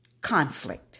conflict